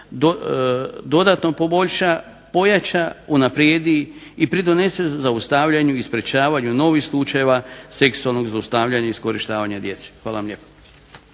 dodatno pojača, unaprijedi i pridonese zaustavljanju i sprečavanju novih slučajeva seksualnog iskorištavanja i zlostavljanja djece. Hvala vam lijepa.